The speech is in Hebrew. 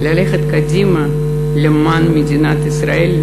ללכת קדימה למען מדינת ישראל,